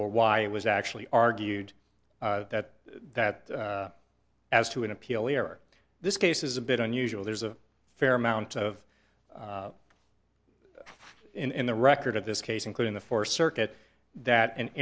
or why it was actually argued that that as to an appeal hearing this case is a bit unusual there's a fair amount of in the record of this case including the four circuit that an